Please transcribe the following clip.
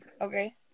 Okay